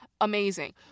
amazing